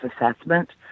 assessment